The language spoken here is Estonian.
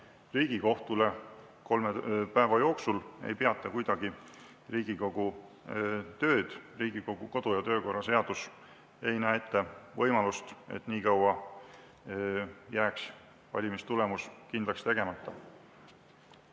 Riigikohtule kolme päeva jooksul ei peata kuidagi Riigikogu tööd. Riigikogu kodu- ja töökorra seadus ei näe ette võimalust, et nii kaua jääks valimistulemus kindlaks tegemata. Henn